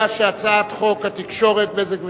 ההצעה להעביר את הצעת חוק התקשורת (בזק ושידורים)